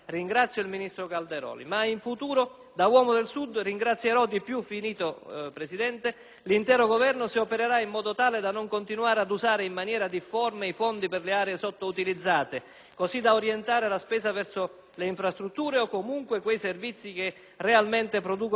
da uomo del Sud, ringrazierò di più l'intero Governo se opererà in modo tale da non continuare ad usare in maniera difforme i fondi per le aree sottoutilizzate, così da orientare la spesa verso le infrastrutture o, comunque, quei servizi che, realmente, producono l'auspicato riequilibrio dei territori, piuttosto che